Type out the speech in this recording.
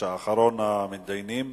אחרון המתדיינים